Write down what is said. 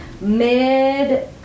mid